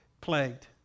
plagued